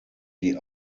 die